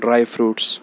dry fruits